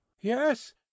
Yes